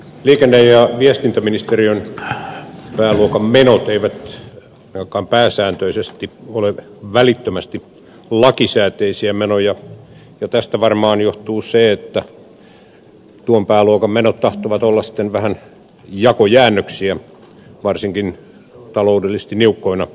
liikenne ja viestintäministeriön pääluokan menot eivät ainakaan pääsääntöisesti ole välittömästi lakisääteisiä menoja ja tästä varmaan johtuu se että tuon pääluokan menot tahtovat sitten vähän olla jakojäännöksiä varsinkin taloudellisesti niukkoina aikoina